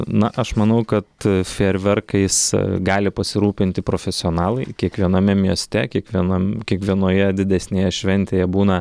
na aš manau kad fejerverkais gali pasirūpinti profesionalai kiekviename mieste kiekvienam kiekvienoje didesnėje šventėje būna